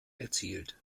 erzielt